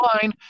fine